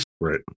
Right